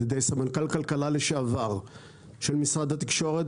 ידי סמנכ"ל כלכלה לשעבר של משרד התקשורת,